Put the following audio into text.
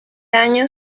año